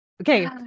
Okay